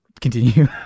Continue